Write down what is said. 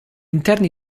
interni